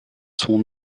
son